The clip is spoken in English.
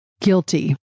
Guilty